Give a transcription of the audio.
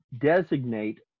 designate